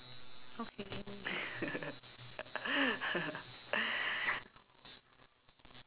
okay